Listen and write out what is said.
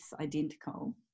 identical